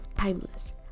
Timeless